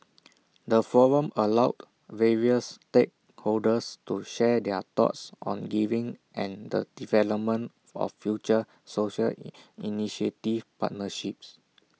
the forum allowed various stakeholders to share their thoughts on giving and the development of future social initiative partnerships